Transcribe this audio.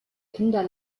kinder